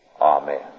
Amen